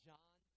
John